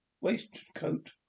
waistcoat